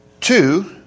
two